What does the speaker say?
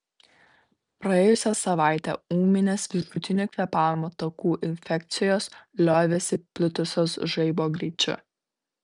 praėjusią savaitę ūminės viršutinių kvėpavimo takų infekcijos liovėsi plitusios žaibo greičiu